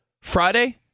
Friday